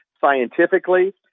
scientifically